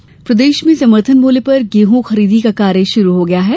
गेहू खरीदी प्रदेश में े समर्थन मूल्य पर गेहू खरीदी का कार्य शुरू हो गया है